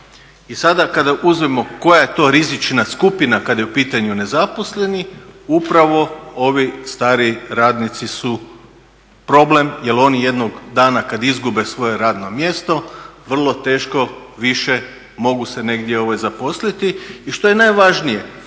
I sada kada uzmemo koja je to rizična skupina kada je u pitanju nezaposleni upravo ovi stariji radnici su problem jer oni jednog dana kada izgube svoje radno mjesto vrlo teško se mogu negdje zaposliti. I što je najvažnije